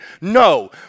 No